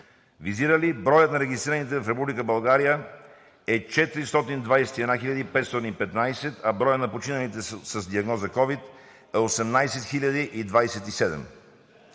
визирали, броят на регистрираните в Република България е 421 515, а броят на починалите с диагноза ковид е 18 027.